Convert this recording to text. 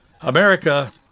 America